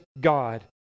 God